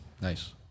Nice